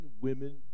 women